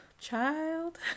child